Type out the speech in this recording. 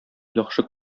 яхшы